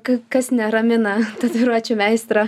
kai kas neramina tatuiruočių meistrą